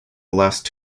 last